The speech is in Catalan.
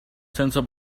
sense